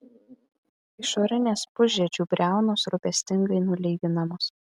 išorinės pusžiedžių briaunos rūpestingai nulyginamos